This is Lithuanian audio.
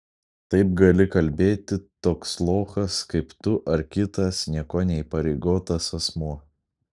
taip gali kalbėti toks lochas kaip tu ar kitas niekuo neįpareigotas asmuo